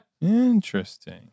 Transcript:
Interesting